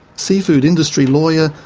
seafood industry lawyer,